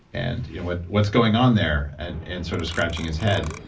and yeah what's what's going on there? and and sort of scratching his head.